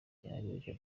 cyahariwe